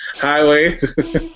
highways